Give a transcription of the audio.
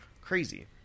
Crazy